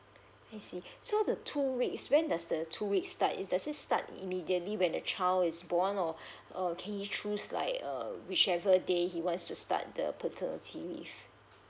I see so the two weeks when does the two weeks start does it start immediately when the child is born or or can he choose like um whichever day he wants to start the paternity leave